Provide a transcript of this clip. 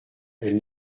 elles